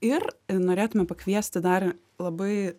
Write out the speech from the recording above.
ir norėtume pakviesti dar labai